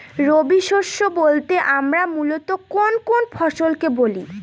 রবি শস্য বলতে আমরা মূলত কোন কোন ফসল কে বলি?